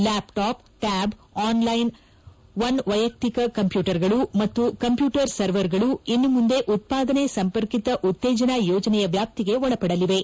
laptop tab all in one ವೈಯಕ್ತಿಕ ಕಂಪ್ಯೂಟರ್ಗಳು ಮತ್ತು ಕಂಪ್ಯೂಟರ್ ಸರ್ವರ್ಗಳು ಇನ್ನು ಮುಂದೆ ಉತ್ಸಾದನೆ ಸಂಪರ್ಕಿತ ಉತ್ತೇಜನಾ ಯೋಜನೆಯ ವ್ಯಾಪ್ತಿಗೆ ಒಳಪಡಲಿವೆ